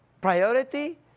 Priority